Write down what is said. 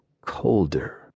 colder